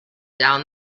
down